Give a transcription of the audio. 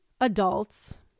adults